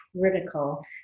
critical